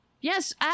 Yes